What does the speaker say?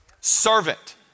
Servant